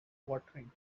watering